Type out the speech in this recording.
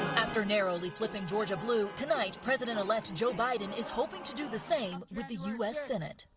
after narrowly flipping georgia blue tonight president-elect joe biden is hoping to do the same with the u s. senate.